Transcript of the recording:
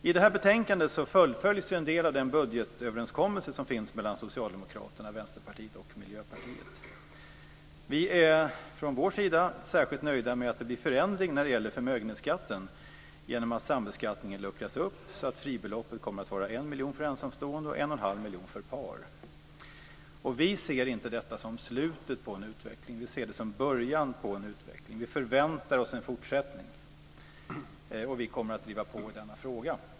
I detta betänkande fullföljs en del av den budgetöverenskommelse som finns mellan Socialdemokraterna, Vänsterpartiet och Miljöpartiet. Vi är från vår sida särskilt nöjda med att det blir förändring när det gäller förmögenhetsskatten genom att sambeskattningen luckras upp så att fribeloppet kommer att vara 1 miljon för ensamstående och 1 1⁄2 miljon för par.